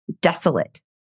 desolate